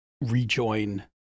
rejoin